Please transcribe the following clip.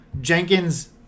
Jenkins